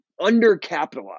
undercapitalized